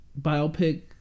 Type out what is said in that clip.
biopic